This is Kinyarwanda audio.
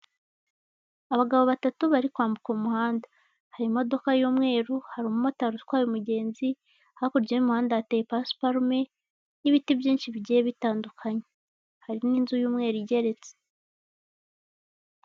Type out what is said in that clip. Abagabo batatu bari kwambuka umuhanda. Hari imodoka y'umweru, hari umumotari utwaye umugenzi. Hakurya y'imihanda hateye pasiparume, n'ibiti byinshi bigiye bitandukanye. Hari n'inzu y'mweru igeretse.